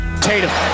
Tatum